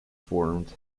formed